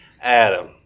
Adam